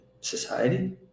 society